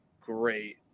great